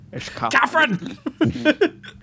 Catherine